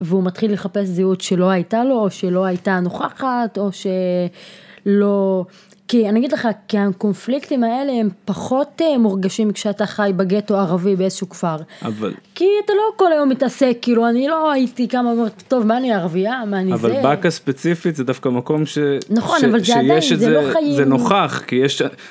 והוא מתחיל לחפש זהות שלא הייתה לו או שלא הייתה נוכחת או שלא כי אני אגיד לך כי הקונפליקטים האלה הם פחות מורגשים כשאתה חי בגטו ערבי באיזשהו כפר כי אתה לא כל היום מתעסק כאילו אני לא הייתי קמה ואמרת טוב מה אני ערבייה מה אני זה אבל בקה ספציפית זה דווקא מקום שזה נוכח כי יש.